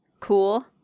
Cool